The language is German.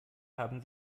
haben